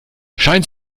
scheint